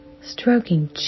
stroking